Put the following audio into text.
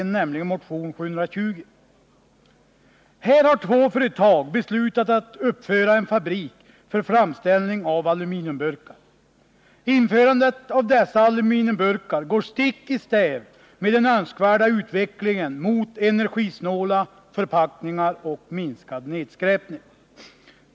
och läskedrycknämligen motion 720. er Två företag har beslutat att uppföra en fabrik för framställning av aluminiumburkar. Införandet av dessa aluminiumburkar går stick i stäv med den önskvärda utvecklingen mot energisnåla förpackningar och minskad nedskräpning.